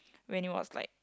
when it was like